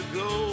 go